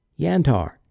Yantar